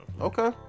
Okay